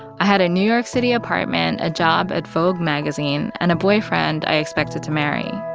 i had a new york city apartment, a job at vogue magazine and a boyfriend i expected to marry.